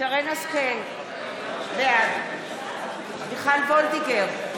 שרן מרים השכל, בעד מיכל וולדיגר,